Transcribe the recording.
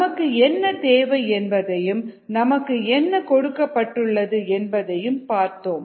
நமக்கு என்ன தேவை என்பதையும் நமக்கு என்ன கொடுக்கப்பட்டுள்ளது என்பதையும் பார்த்தோம்